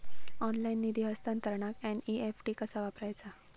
Online निधी हस्तांतरणाक NEFT कसा वापरायचा?